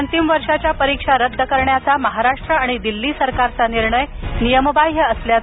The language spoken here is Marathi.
अंतिम वर्षाच्या परीक्षा रद्द करण्याचा महाराष्ट्र आणि दिल्ली सरकारचा निर्णय नियमबाह्य असल्याचा